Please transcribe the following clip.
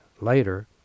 later